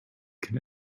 can